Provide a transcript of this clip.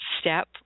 step